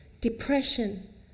depression